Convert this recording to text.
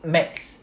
maths